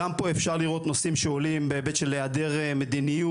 גם פה אפשר לראות נושאים שעולים בהיבט של היעדר מדיניות,